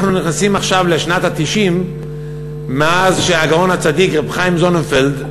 אנחנו נכנסים עכשיו לשנת ה-90 מאז שהגאון הצדיק הרב חיים זוננפלד,